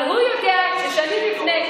זה חוק שאתה הבאת לממשלה הקודמת,